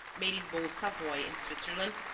made in both savoy and switzerland,